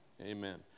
amen